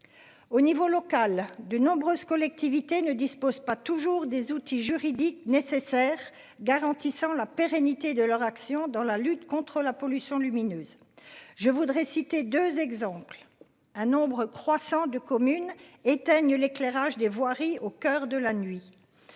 Au niveau local de nombreuses collectivités ne disposent pas toujours des outils juridiques nécessaires garantissant la pérennité de leur action dans la lutte contre la pollution lumineuse. Je voudrais citer 2 exemples, un nombre croissant de communes éteigne l'éclairage des voiries au coeur de la nuit.